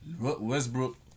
Westbrook